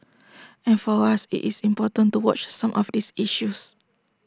and for us IT is important to watch some of these issues